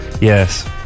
Yes